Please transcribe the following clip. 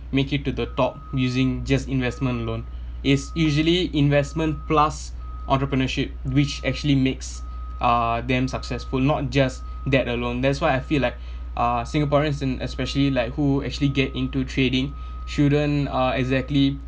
make it to the top using just investment alone it's usually investment plus entrepreneurship which actually makes uh them successful not just that alone that's why I feel like uh singaporeans and especially like who actually get into trading shouldn't uh exactly